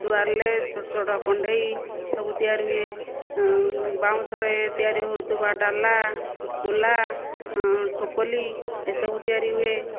ଦୁଆରିଲେ ଛୋଟ ଛୋଟ କଣ୍ଢେଇ ସବୁ ତିଆରି ହୁଏ ବାଉଁଶରେ ତିଆରି ହେଉଥିବା ଡାଲା କୁଲା ଟୋକଲି ଏସବୁ ତିଆରି ହୁଏ